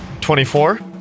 24